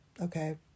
okay